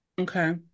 Okay